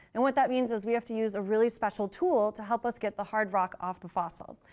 and what that means is we have to use a really special tool to help us get the hard rock off the fossil.